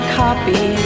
copy